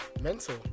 mental